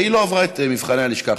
והיא לא עברה את מבחני הלשכה.